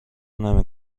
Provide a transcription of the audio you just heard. نمی